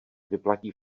vyplatí